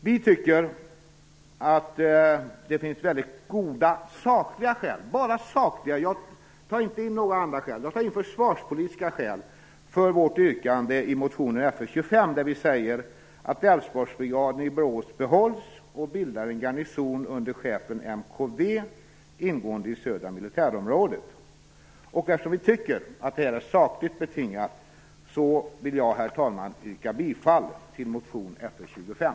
Vi tycker att det finns väldigt goda sakliga skäl - jag tar inte med några andra skäl - för vårt yrkande i motion Fö25, där vi säger att vi vill att Älvsborgsbrigaden i Borås skall behållas och bilda en garnison under C MKV ingående i Södra militärområdet. Eftersom vi tycker att detta är sakligt betingat yrkar jag härmed bifall till motion Fö25.